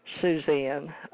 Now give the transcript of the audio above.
Suzanne